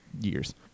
years